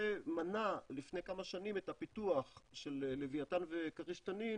זה מנע לפני כמה שנים את הפיתוח של לווייתן וכריש תנין